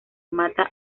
mata